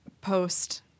post